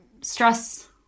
stress